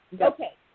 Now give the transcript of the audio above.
Okay